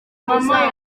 izamuka